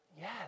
Yes